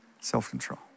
self-control